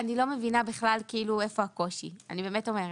אני לא מבינה בכלל איפה הקושי, אני באמת אומרת,